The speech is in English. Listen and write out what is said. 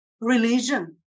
religion